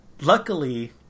luckily